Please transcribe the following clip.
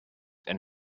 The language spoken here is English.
and